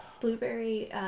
Blueberry